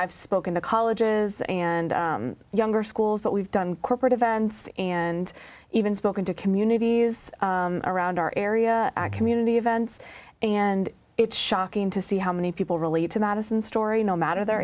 i've spoken to colleges and younger schools but we've done corporate events and even spoken to communities around our area community events and it's shocking to see how many people relate to madison story no matter their